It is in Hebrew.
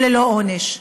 או ללא עונש.